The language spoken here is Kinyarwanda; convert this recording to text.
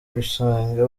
gusanga